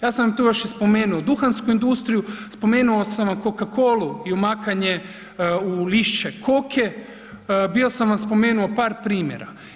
Ja sam vam tu još spomenuo duhansku industriju, spomenuo sam vam Coca-colu i umakanje u lišće koke, bio sam vam spomenuo par primjera.